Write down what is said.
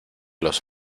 los